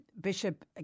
Bishop